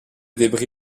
débris